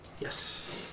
Yes